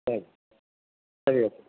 சரி சரி வெச்சுட்றேன்